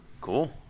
Cool